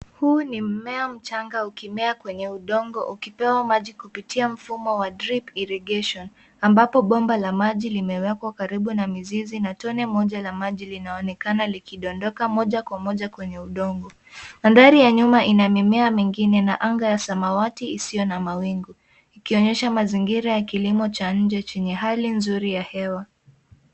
Huu ni mmea mchanga ukimea kwenye udongo ukipewa maji kupitia mfumo wa drip irrigation ambapo bomba la maji limewekwa karibu na mizizi na tone moja la maji linaonekana likiondondoka moja kwa moja kwenye udongo. Mandhari ya nyuma ina mimea mingine na anga ya samawati isiyo na mawingu ikionyesha mazingira ya kilimo cha nje chenye hali nzuri ya hewa.